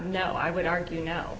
no i would argue now